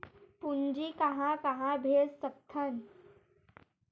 पूंजी कहां कहा भेज सकथन?